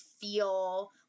feel